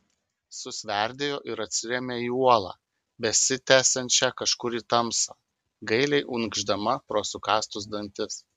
susverdėjo ir atsirėmė į uolą besitęsiančią kažkur į tamsą gailiai unkšdama pro sukąstus dantis